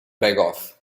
berghoff